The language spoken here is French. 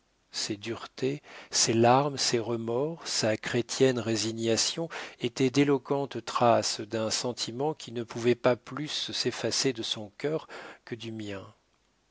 ses duretés ses larmes ses remords sa chrétienne résignation étaient d'éloquentes traces d'un sentiment qui ne pouvait pas plus s'effacer de son cœur que du mien